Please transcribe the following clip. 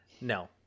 No